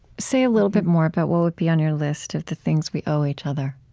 say a little bit more about what would be on your list of the things we owe each other